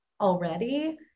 already